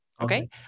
Okay